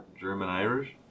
German-Irish